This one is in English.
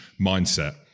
mindset